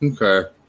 Okay